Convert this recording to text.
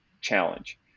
challenge